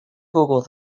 google